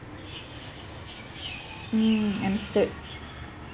mm understood